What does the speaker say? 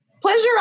pleasure